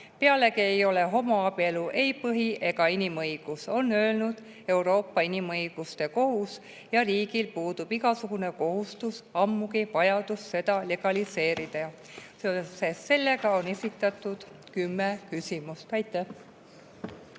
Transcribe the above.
Pealegi ei ole homoabielu ei põhi‑ ega inimõigus – nii on öelnud Euroopa Inimõiguste Kohus – ja riigil puudub igasugune kohustus, ammugi vajadus seda legaliseerida. Seoses sellega on esitatud kümme küsimust. Aitäh!